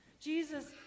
Jesus